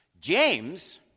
James